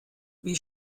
wie